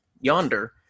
yonder